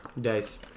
dice